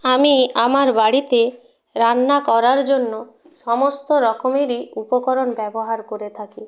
আমি আমার বাড়িতে রান্না করার জন্য সমস্ত রকমেরই উপকরণ ব্যবহার করে থাকি